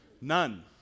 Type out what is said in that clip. None